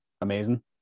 Amazing